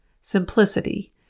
simplicity